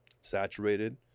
saturated